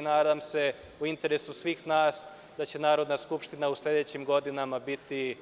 Nadam se u interesu svih nas da će Narodna skupština u sledećim godinama biti